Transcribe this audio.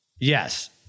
Yes